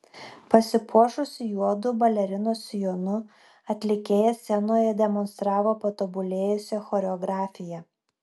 pasipuošusi juodu balerinos sijonu atlikėja scenoje demonstravo patobulėjusią choreografiją